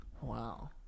Wow